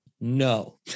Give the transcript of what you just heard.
no